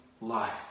life